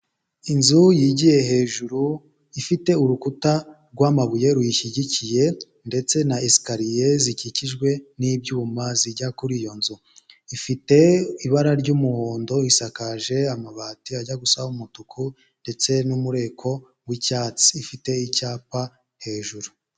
Inzu yigiye hejuru ifite urukuta rw'amabuye ruyishyigikiye ndetse na esikariye zikikijwe n'ibyuma zijya kuri iyo nzu. Ifite ibara ry'umuhondo, isakaje amabati ajya gusa umutuku ndetse n'umureko w'icyatsi, ifite icyapa hejuru.